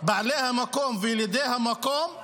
בעלי המקום וילידי המקום,